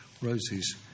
Rosie's